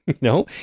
No